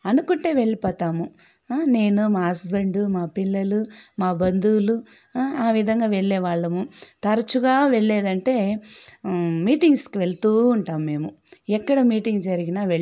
అనుకుంటే వెళ్ళిపోతాము నేను మా హస్బెండ్ మా పిల్లలు మా బంధువులు ఆ విధంగా వెళ్ళేవాళ్ళము తరచుగా వెళ్ళేదంటే మీటింగ్స్కి వెళుతు ఉంటాము మేము ఎక్కడ మీటింగ్ జరిగిన వెళ్